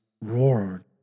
roared